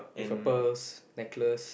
with a purse necklace